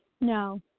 No